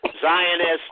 Zionists